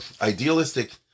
idealistic